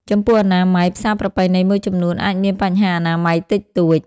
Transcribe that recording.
ចំពោះអនាម័យ ផ្សារប្រពៃណីមួយចំនួនអាចមានបញ្ហាអនាម័យតិចតួច។